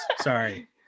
Sorry